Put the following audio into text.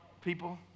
people